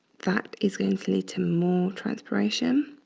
that is going to lead to more transpiration.